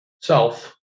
self